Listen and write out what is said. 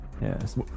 Yes